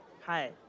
Hi